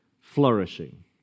flourishing